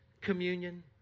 communion